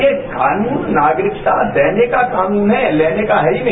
ये कानून नागरिकता देने का कानून है लेने है ही नहीं